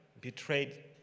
betrayed